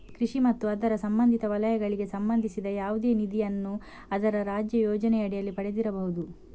ಕೃಷಿ ಮತ್ತು ಅದರ ಸಂಬಂಧಿತ ವಲಯಗಳಿಗೆ ಸಂಬಂಧಿಸಿದ ಯಾವುದೇ ನಿಧಿಯನ್ನು ಅದರ ರಾಜ್ಯ ಯೋಜನೆಯಡಿಯಲ್ಲಿ ಪಡೆದಿರಬಹುದು